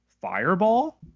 Fireball